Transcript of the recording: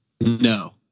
no